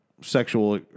sexual